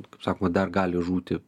kaip sakoma dar gali žūti